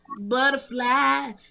butterfly